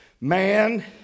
man